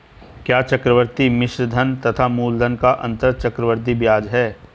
क्या चक्रवर्ती मिश्रधन तथा मूलधन का अंतर चक्रवृद्धि ब्याज है?